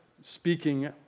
speaking